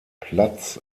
platz